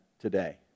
today